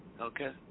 Okay